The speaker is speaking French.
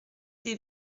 des